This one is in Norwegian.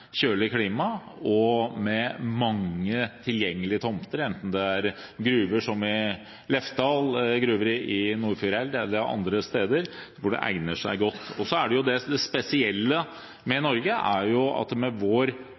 mange tilgjengelige tomter, enten det er i Lefdal Gruve i Nordfjordeid eller andre steder der det egner seg godt. Og det spesielle med Norge er jo at med vår